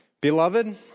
beloved